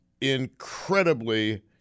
incredibly